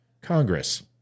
Congress